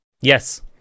yes